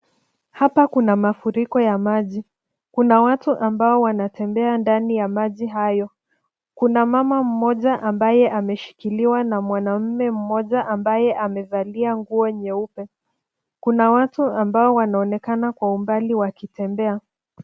Hapa kuna mafuriko ya maji, kuna watu ambao wanatembea ndani ya maji hayo. Kuna mama mmoja ambaye ameshikiliwa na mwanaume mmoja ambaye amevalia nguo nyeupe. Kuna watu ambao wanaonekana kwa umbali wakitembea.